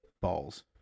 Balls